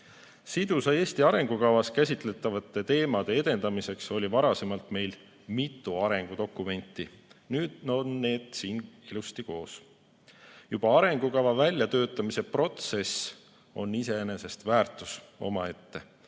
Sidusa Eesti arengukavas käsitletavate teemade edendamiseks oli varasemalt meil mitu arengudokumenti. Nüüd on need siin ilusti koos. Juba arengukava väljatöötamise protsess on iseenesest väärtus omaette